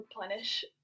replenish